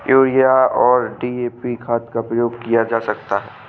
urea और DAP खाद का प्रयोग किया जाता है